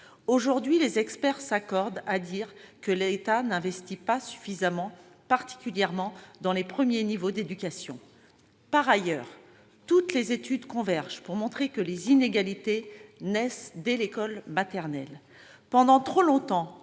Aujourd'hui, les experts s'accordent à dire que l'État n'investit pas suffisamment, particulièrement dans les premiers niveaux d'éducation. Par ailleurs, toutes les études convergent pour montrer que les inégalités naissent dès l'école maternelle. Pendant trop longtemps,